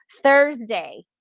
Thursday